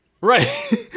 Right